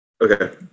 Okay